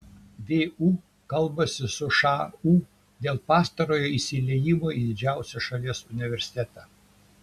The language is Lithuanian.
vu kalbasi su šu dėl pastarojo įsiliejimo į didžiausią šalies universitetą